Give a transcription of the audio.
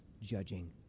judging